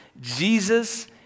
Jesus